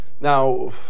Now